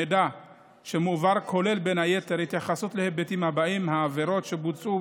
המידע שמועבר כולל בין היתר התייחסות להיבטים האלה: העבירות שבוצעו,